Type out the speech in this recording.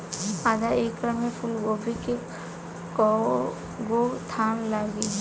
आधा एकड़ में फूलगोभी के कव गो थान लागी?